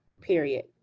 period